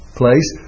place